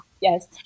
yes